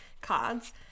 cards